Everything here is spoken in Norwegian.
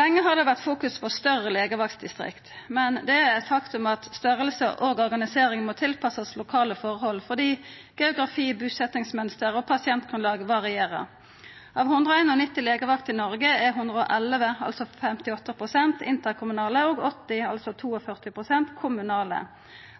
Lenge har det vore fokusert på større legevaktdistrikt, men det er eit faktum at storleik og organisering må tilpassast lokale forhold, fordi geografi, busetjingsmønster og pasientgrunnlag varierer. Av 191 legevakter i Noreg er 111, altså 58 pst., interkommunale og 80, altså 42 pst., kommunale.